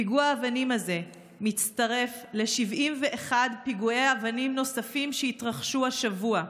פיגוע האבנים הזה מצטרף ל-71 פיגועי אבנים נוספים שהתרחשו השבוע,